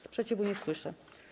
Sprzeciwu nie słyszę.